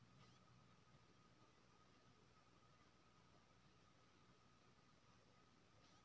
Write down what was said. खेत जोतला सँ माटि हलका होइ छै संगे जंगली खरपात केँ सेहो नियंत्रण कएल जाइत छै